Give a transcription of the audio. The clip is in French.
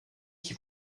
qui